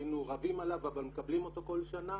היינו רבים עליו אבל מקבלים אותו כל שנה